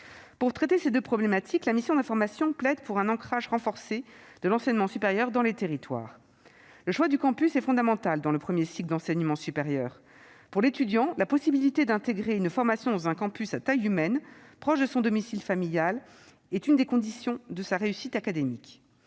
Pour traiter ces deux problématiques, la mission d'information plaide pour un ancrage renforcé de l'enseignement supérieur dans les territoires. Le choix du campus est fondamental dans le premier cycle d'enseignement supérieur. Pour l'étudiant, la possibilité d'intégrer une formation dans un campus à taille humaine proche de son domicile familial est l'une des conditions de sa réussite académique.